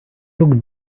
took